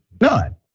None